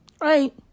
right